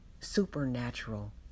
supernatural